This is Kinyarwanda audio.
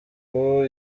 hop